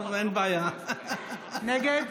נגד